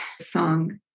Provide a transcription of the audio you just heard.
song